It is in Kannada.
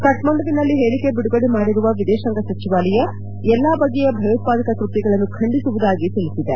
ಕಕ್ಸಂಡುವಿನಲ್ಲಿ ಹೇಳಕೆ ಬಿಡುಗಡೆ ಮಾಡಿರುವ ವಿದೇಶಾಂಗ ಸಚಿವಾಲಯ ಎಲ್ಲ ಬಗೆಯ ಭಯೋತ್ವಾದಕ ಕೃತ್ಯಗಳನ್ನು ಖಂಡಿಸುವುದಾಗಿ ತಿಳಿಸಿದೆ